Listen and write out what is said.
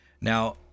now